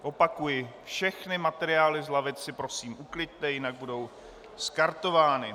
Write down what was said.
Opakuji, všechny materiály z lavic si prosím ukliďte, jinak budou skartovány.